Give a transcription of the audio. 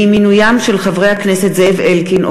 ועם מינוים של חברי הכנסת זאב אלקין,